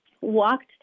walked